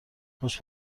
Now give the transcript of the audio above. خوش